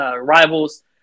rivals